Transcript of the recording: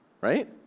Right